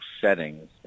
settings